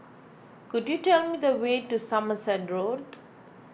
could you tell me the way to Somerset Road